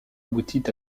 aboutit